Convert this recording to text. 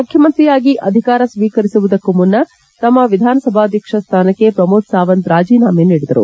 ಮುಖ್ಯಮಂತ್ರಿಯಾಗಿ ಅಧಿಕಾರ ಸ್ವೀಕರಿಸುವುದಕ್ಕೂ ಮುನ್ನ ತಮ್ಮ ವಿಧಾನಸಭಾಧ್ವಕ್ಷ ಸ್ಥಾನಕ್ಕೆ ಪ್ರಮೋದ್ ಸಾವಂತ್ ರಾಜೀನಾಮೆ ನೀಡಿದರು